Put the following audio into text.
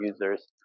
users